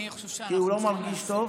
כי הוא לא מרגיש טוב.